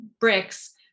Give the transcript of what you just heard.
bricks